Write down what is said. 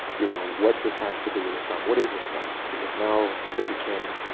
you know, what this has to do with islam. what is islam? because now it became,